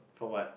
for what